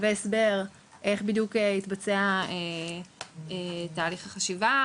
והסבר איך בדיוק התבצע תהליך החשיבה,